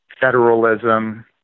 federalism